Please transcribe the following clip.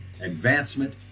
advancement